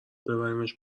ببریمش